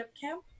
camp